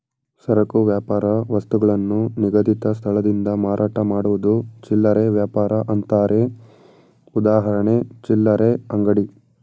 ಸರಕು ವ್ಯಾಪಾರ ವಸ್ತುಗಳನ್ನು ನಿಗದಿತ ಸ್ಥಳದಿಂದ ಮಾರಾಟ ಮಾಡುವುದು ಚಿಲ್ಲರೆ ವ್ಯಾಪಾರ ಅಂತಾರೆ ಉದಾಹರಣೆ ಚಿಲ್ಲರೆ ಅಂಗಡಿ